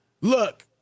Look